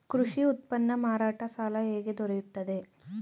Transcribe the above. ಕೃಷಿ ಉತ್ಪನ್ನ ಮಾರಾಟ ಸಾಲ ಹೇಗೆ ದೊರೆಯುತ್ತದೆ?